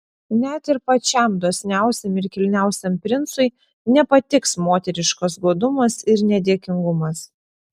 net ir pačiam dosniausiam ir kilniausiam princui nepatiks moteriškas godumas ir nedėkingumas